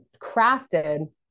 crafted